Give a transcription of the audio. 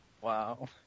Wow